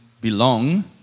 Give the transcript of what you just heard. belong